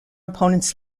opponents